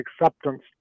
acceptance